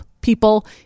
people